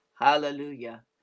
Hallelujah